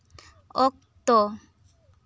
ᱚᱠᱼᱛᱚ